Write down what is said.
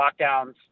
lockdowns